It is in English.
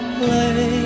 play